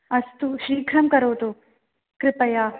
अस्तु शीघ्रं करोतु कृपया